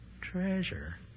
Treasure